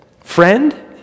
Friend